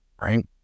right